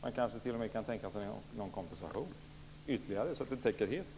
Man kanske t.o.m. kan tänka sig ytterligare någon kompensation så att det täcker fullständigt.